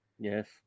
Yes